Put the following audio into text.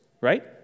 right